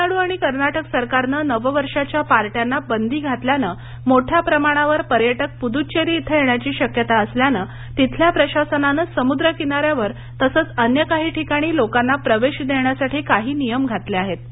तामिळनाडू आणि कर्नाटक सरकारनं नववर्षाच्या पार्ट्यांना बंदी घातल्यानं मोठ्या प्रमाणावर पर्यटक पुद्दचेरी इथं येण्याची शक्यता असल्यानं तिथल्या प्रशासनानं समुद्र किनाऱ्यावर तसेच अन्य काही ठिकाणी लोकांना प्रवेश देण्यासाठी काही नियम घातले आहेत